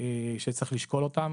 שצריך לשקול אותם,